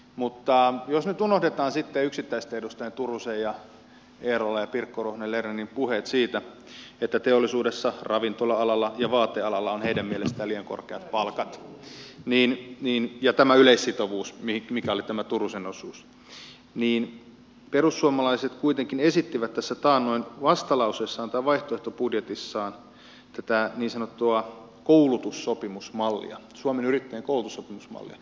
mutta jos nyt unohdetaan sitten yksittäisten edustajien turusen ja eerolan ja pirkko ruohonen lernerin puheet siitä että teollisuudessa ravintola alalla ja vaatealalla on heidän mielestään liian korkeat palkat ja tämä yleissitovuus mikä oli tämä turusen osuus niin perussuomalaiset kuitenkin esittivät tässä taannoin vaihtoehtobudjetissaan tätä niin sanottua koulutussopimusmallia suomen yrittäjien koulutussopimusmallia